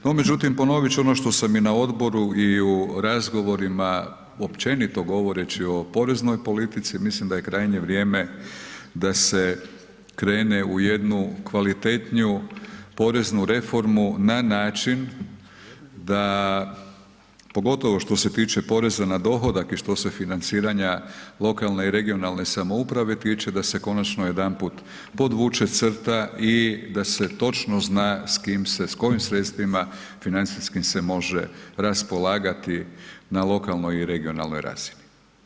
No međutim ponovit ću ono što sam i na odboru i u razgovorima općenito govoreći o poreznoj politici, mislim da je krajnje vrijeme da se krene u jednu kvalitetniju poreznu reformu na način da pogotovo što se tiče poreza na dohodak i što se financiranja lokalne i regionalne samouprave tiče, da se konačno jedanput podvuče crta i da se točno zna s kojim sredstvima financijskim se može raspolagati na lokalnoj i regionalnoj razini.